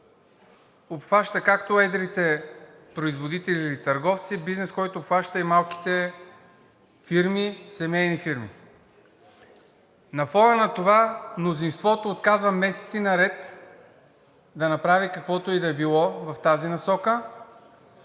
обхваща както едрите производители или търговци, бизнес, който обхваща и малките семейни фирми. На фона на това мнозинството отказва месеци наред да направи каквото и да е било в тази насока